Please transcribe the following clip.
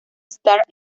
star